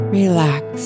relax